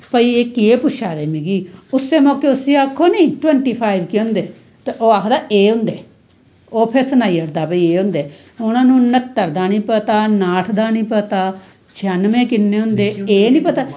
भाई एह् केह् पुच्छा दे मिगी उस्सै मौकै उसी आक्खो नि टवंटी फाइव किन्ने होंदे ते ओह् आखदा एह् होंदे ओह् फ्ही सनाई ओड़दा भाई एह् होंदे उनां नू न्हत्तर दा नि पता उनाट दा नि पता छियानुवैं किन्ने होंदे एह् नी पता